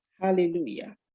hallelujah